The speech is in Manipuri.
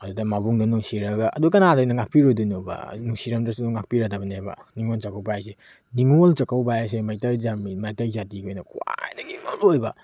ꯑꯗꯨꯗ ꯃꯕꯨꯡꯗꯣ ꯅꯨꯡꯁꯤꯔꯒ ꯑꯗꯨ ꯀꯅꯥꯅ ꯉꯥꯛꯄꯤꯔꯣꯏꯗꯣꯏꯅꯣꯕ ꯅꯨꯡꯁꯤꯔꯝꯗ꯭ꯔꯁꯨ ꯉꯥꯛꯄꯤꯔꯗꯕꯅꯦꯕ ꯅꯤꯡꯉꯣꯜ ꯆꯥꯛꯀꯧꯕ ꯍꯥꯏꯁꯦ ꯅꯤꯡꯉꯣꯜ ꯆꯥꯛꯀꯧꯕ ꯍꯥꯏꯁꯦ ꯃꯩꯇꯩ ꯃꯩꯇꯩ ꯖꯥꯇꯤꯒꯤ ꯑꯣꯏꯅ ꯈ꯭ꯋꯥꯏꯗꯒꯤ ꯃꯔꯨ ꯑꯣꯏꯕ